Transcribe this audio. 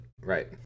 right